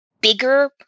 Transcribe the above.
bigger